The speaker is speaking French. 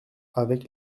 avec